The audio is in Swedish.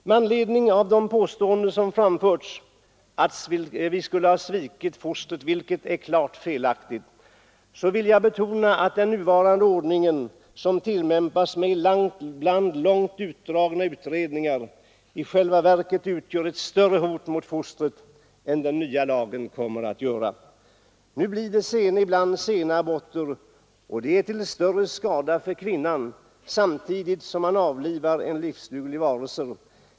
Med anledning av de påståenden som framförts att vi skulle ha svikit fostret, vilket är felaktigt, så vill jag betona att den nuvarande ordning som tillämpas, med ibland långt utdragna utredningar, i själva verket utgör ett större hot mot fostret än den nya lagen kommer att göra. Nu blir det ibland sena aborter, och de är till större skada för kvinnan, samtidigt som man avlivar en livsduglig varelse.